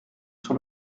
sur